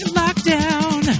lockdown